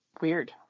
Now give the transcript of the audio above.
Weird